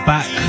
Back